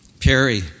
Perry